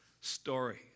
story